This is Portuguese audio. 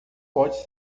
pode